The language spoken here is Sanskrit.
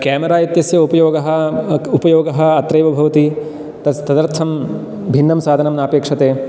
केमरा इत्यस्य उपयोगः उपयोगः अत्रैव भवति तदर्थं भिन्नं साधनं न अपेक्षते